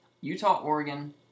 Utah-Oregon